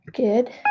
Good